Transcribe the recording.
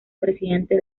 presidente